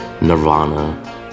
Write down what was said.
nirvana